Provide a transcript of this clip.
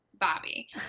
Bobby